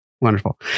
wonderful